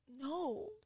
No